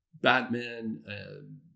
Batman